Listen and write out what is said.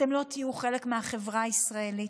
אתם לא תהיו חלק מהחברה הישראלית.